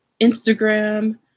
Instagram